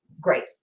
Great